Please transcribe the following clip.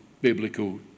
biblical